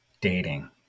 Dating